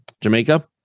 Jamaica